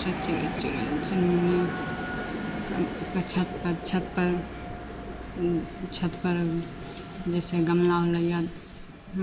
चिड़ै चिड़ै चुनमुनी छत पर छत पर छत पर जैसे गमला होलै या